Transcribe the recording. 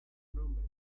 nombre